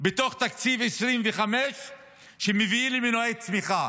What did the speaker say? בתוך תקציב 2025 שמביא למנועי צמיחה.